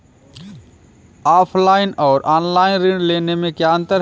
Offline और online ऋण लेने में क्या अंतर है?